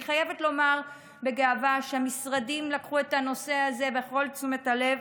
אני חייבת לומר בגאווה שהמשרדים לקחו את הנושא הזה בכל תשומת הלב,